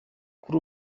kuri